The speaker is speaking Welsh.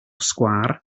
sgwâr